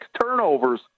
turnovers